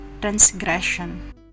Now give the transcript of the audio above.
transgression